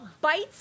bites